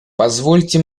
позвольте